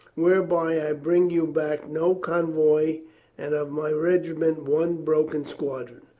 whereby i bring you back no convoy and of my regiment one broken squadron.